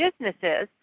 businesses